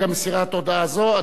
מרגע מסירת הודעה זו,